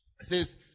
says